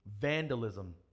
vandalism